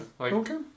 okay